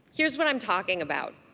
here's what i'm talking about.